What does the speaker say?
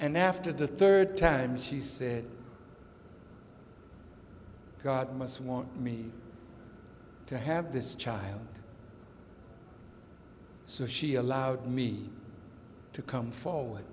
and after the third time she said god must want me to have this child so she allowed me to come forward